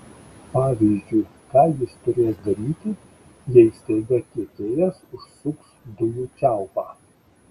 pavyzdžiui ką jis turės daryti jei staiga tiekėjas užsuks dujų čiaupą